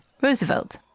Roosevelt